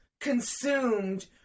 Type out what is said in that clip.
consumed